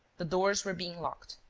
the doors were being locked.